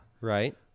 right